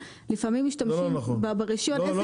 לפעמים משתמשים ברישיון עסק כדי --- זה לא נכון,